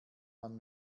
man